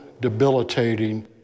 debilitating